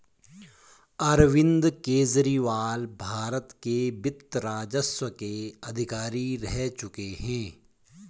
अरविंद केजरीवाल भारत के वित्त राजस्व के अधिकारी रह चुके हैं